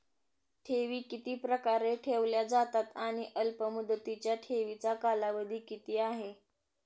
ठेवी किती प्रकारे ठेवल्या जातात आणि अल्पमुदतीच्या ठेवीचा कालावधी किती आहे?